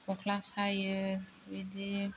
खख्ला सायो बिदि